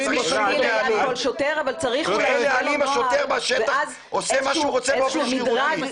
אם השוטר בשטח עושה מה שהוא רוצה באופן שרירותי.